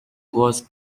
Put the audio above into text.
was